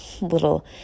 little